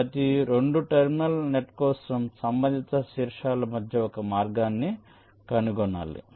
కాబట్టి ప్రతి 2 terminal net కోసం సంబంధిత శీర్షాల మధ్య ఒక మార్గాన్ని కనుగొనాలి